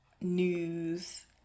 news